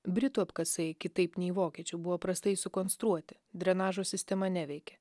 britų apkasai kitaip nei vokiečių buvo prastai sukonstruoti drenažo sistema neveikė